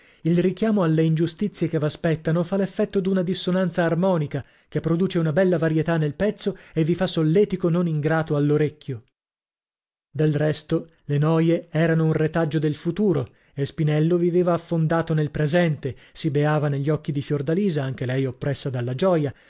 il richiamo alle ingiustizie che v'aspettano fa l'effetto d'una dissonanza armonica che produce una bella varietà nel pezzo e vi fa solletico non ingrato all'orecchio del resto le noie erano un retaggio del futuro e spinello viveva affondato nel presente si beava negli occhi di fiordalisa anche lei oppressa dalla gioia